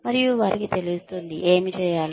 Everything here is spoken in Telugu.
మరియు వారికి తెలుస్తుంది ఏమి చేయాలో